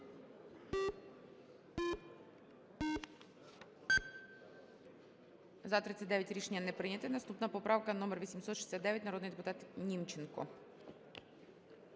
За-7 Рішення не прийнято. Наступна поправка - номер 959. Народний депутат Німченко.